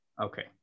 Okay